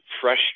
fresh